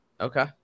Okay